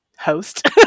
host